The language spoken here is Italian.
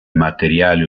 materiale